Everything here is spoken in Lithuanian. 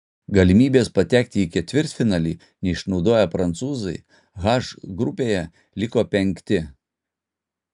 galimybės patekti į ketvirtfinalį neišnaudoję prancūzai h grupėje liko penkti